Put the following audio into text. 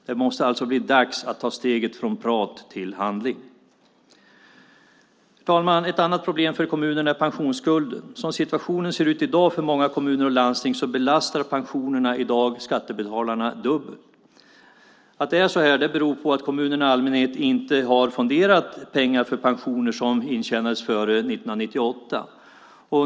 Det måste alltså bli dags att ta steget från prat till handling. Herr talman! Ett annat problem för kommunerna är pensionsskulder. Som situationen ser ut i dag för många kommuner och landsting belastar pensionerna i dag skattebetalarna dubbelt. Att det är så här beror på att kommunerna i allmänhet inte har fonderat pengar för pensioner som intjänades före 1998.